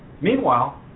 Meanwhile